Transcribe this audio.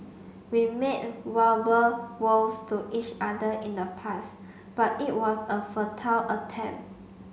we made verbal vows to each other in the past but it was a futile attempt